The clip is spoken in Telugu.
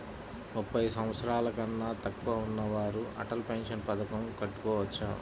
ముప్పై సంవత్సరాలకన్నా తక్కువ ఉన్నవారు అటల్ పెన్షన్ పథకం కట్టుకోవచ్చా?